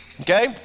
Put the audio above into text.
okay